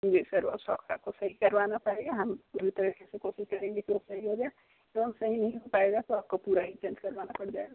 जी sir वो shocker को सही करवाना पड़ेगा हम पूरी तरीके से कोशिश करेंगे कि वो सही हो जाए एवं सही नहीं हो पाएगा तो आपको पूरा ही चेंज करवाना पड़ जाएगा